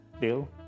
Bill